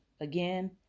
again